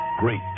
great